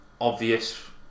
obvious